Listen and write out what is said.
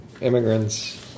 immigrants